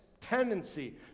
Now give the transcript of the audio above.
tendency